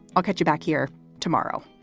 i'll catch you back here tomorrow